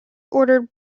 ordered